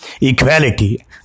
equality